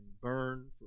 burn